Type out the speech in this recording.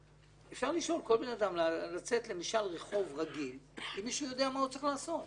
אפשר לצאת למשאל רחוב רגיל ולבחון האם מישהו יודע מה הוא צריך לעשות.